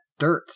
dirts